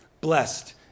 Blessed